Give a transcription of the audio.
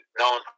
known